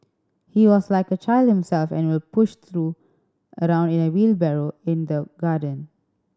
he was like a child himself and would push through around in a wheelbarrow in the garden